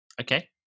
okay